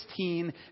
16